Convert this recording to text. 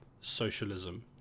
socialism